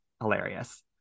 hilarious